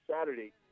Saturday